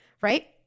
right